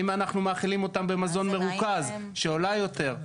אם אנחנו מאכילים אותן במזון מרוכז שעולה יותר,